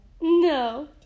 No